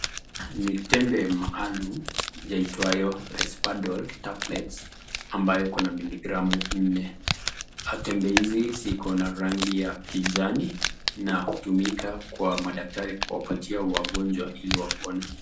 Ni tembe maalum yaitwayo Respadol tablets ambayo kuna miligramu nne. Atembe hizi ziko na rangi ya kijani na hutumika kwa madaktari kuwapatia wagonjwa ili wapone.